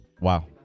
Wow